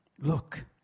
look